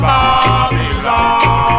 Babylon